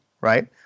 Right